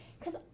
Cause